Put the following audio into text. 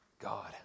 god